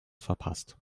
verpasst